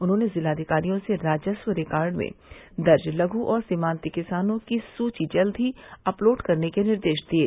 उन्होंने जिलाधिकारियों से राजस्व रिकार्ड में दर्ज लघ् और सीमान्त किसानों की सूची जल्द ही अपलोड करने के निर्देश दिये